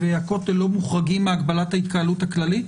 והכותל לא מוחרגים מהגבלת ההתקהלות הכללית?